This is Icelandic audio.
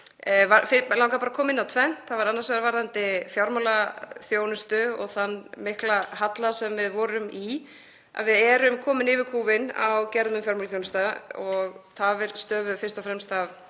mig langar bara að koma inn á tvennt. Annars vegar varðandi fjármálaþjónustu og þann mikla halla sem við vorum í. Við erum komin yfir kúfinn á gerðum um fjármálaþjónustu og tafir stöfuðu fyrst og fremst af